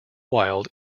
wild